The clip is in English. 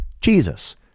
Jesus